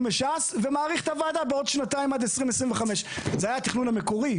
מש"ס ומאריך את הוועדה בעוד שנתיים עד 2025. זה היה התכנון המקורי,